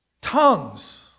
tongues